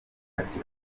ati